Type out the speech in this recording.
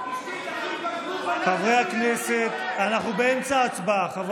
חברי הכנסת אנחנו באמצע הצבעה.